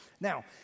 Now